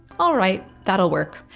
all right. that'll work.